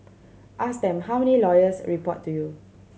ask them how many lawyers report to you